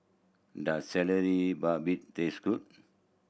does babat taste good